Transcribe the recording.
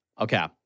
Okay